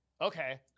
okay